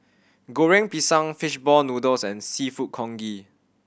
Goreng Pisang fish ball noodles and Seafood Congee